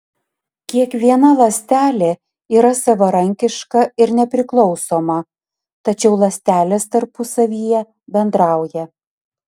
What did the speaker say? kiekviena ląstelė yra savarankiška ir nepriklausoma tačiau ląstelės tarpusavyje bendrauja